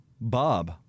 Bob